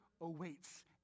awaits